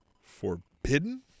forbidden